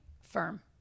firm